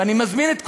ואני מזמין את כולם,